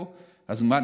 אז מה,